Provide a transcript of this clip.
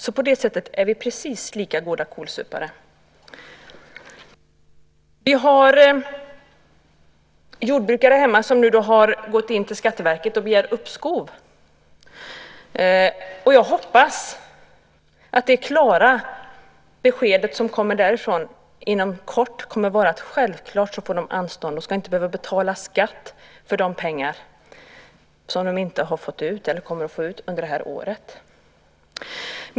På det sättet är vi precis lika goda kålsupare. Vi har jordbrukare hemma som har gått till Skatteverket och begärt uppskov. Jag hoppas att det klara besked som kommer därifrån inom kort kommer att vara att de självklart får anstånd. De ska inte behöva betala skatt för de pengar som de inte har fått ut eller kommer att få ut under det här året.